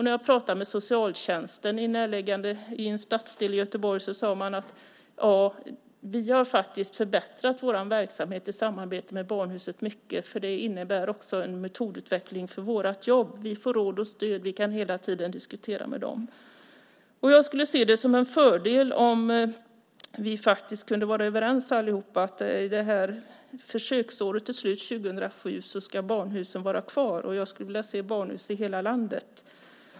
När jag pratade med socialtjänsten i en stadsdel i Göteborg sade man: Vi har förbättrat vår verksamhet mycket i samarbete med barnhuset, för det innebär också en metodutveckling för vårt jobb. Vi får råd och stöd, och vi kan hela tiden diskutera med dem. Jag skulle se det som en fördel om vi alla kunde vara överens om att när försöksåret 2007 är slut ska barnhusen vara kvar. Jag skulle vilja se barnhus i hela landet.